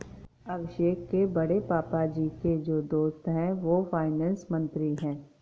अभिषेक के बड़े पापा जी के जो दोस्त है वो फाइनेंस मंत्री है